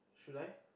should I